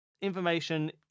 information